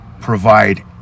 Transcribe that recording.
Provide